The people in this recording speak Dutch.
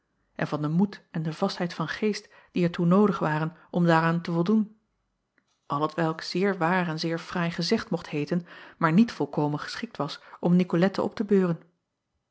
en van den moed en de vastheid van geest die er toe noodig waren om daaraan te voldoen al t welk zeer waar en zeer fraai gezegd mocht heeten maar niet volkomen geschikt was om icolette op te beuren